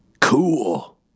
Cool